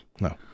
No